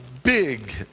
Big